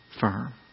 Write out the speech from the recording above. firm